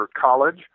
College